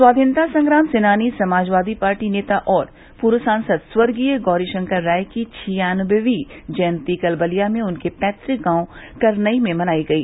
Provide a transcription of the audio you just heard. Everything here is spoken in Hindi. स्वाधीनता संग्राम सेनानी समाजवादी नेता और पूर्व सांसद स्वर्गीय गौरीशंकर राय की छियानबेवीं जयंती कल बलिया में उनके पैतुक गांव करनई में मनायी गयी